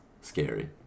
scary